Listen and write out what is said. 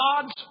God's